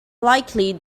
likely